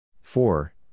four